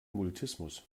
mutismus